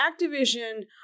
Activision